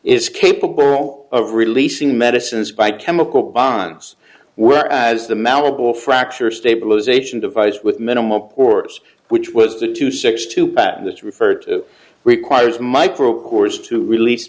is capable of releasing medicines by chemical bonds where as the mountable fracture stabilisation device with minimal pores which was the two six two pattern that's referred to requires micro cores to release